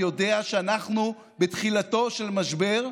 יודע שאנחנו בתחילתו של משבר,